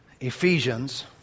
Ephesians